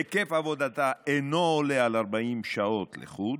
היקף עבודתה אינו עולה על 40 שעות לחודש,